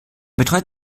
betreut